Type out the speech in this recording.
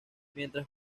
mientras